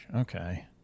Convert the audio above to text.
okay